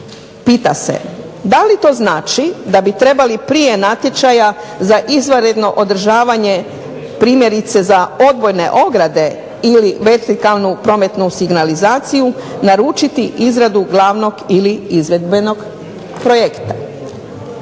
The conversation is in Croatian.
pita se da li to znači da bi trebali prije natječaja za izvanredno održavanje primjerice za odbojne ograde ili vertikalnu prometnu signalizaciju naručiti izradu glavnog ili izvedbenog projekta.